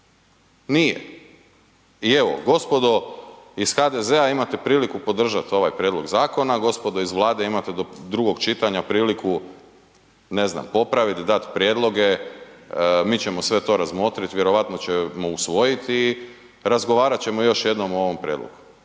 nije i evo gospodo iz HDZ-a imate priliku podržat ovaj prijedlog zakona, gospodo iz Vlade imate do drugog čitanja priliku, ne znam, popravit, dat prijedloge, mi ćemo sve to razmotrit, vjerojatno ćemo usvojiti i razgovarat ćemo još jednom o ovom prijedlogu.